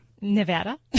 Nevada